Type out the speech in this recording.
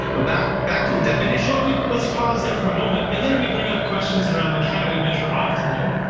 but back back to the definition. let's pause there for a moment. and then and we bring up questions around like how do we measure optimal,